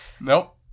Nope